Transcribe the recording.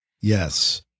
yes